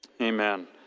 Amen